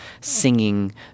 singing